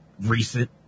recent